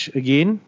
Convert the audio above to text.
again